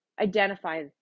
identify